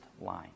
line